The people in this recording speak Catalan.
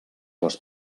les